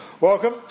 Welcome